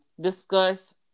discuss